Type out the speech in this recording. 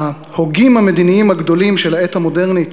ההוגים המדיניים הגדולים של העת המודרנית,